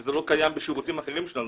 שזה לא קיים בשירותים אחרים שלנו.